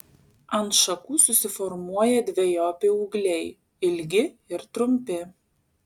ant šakų susiformuoja dvejopi ūgliai ilgi ir trumpi